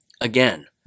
Again